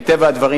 מטבע הדברים,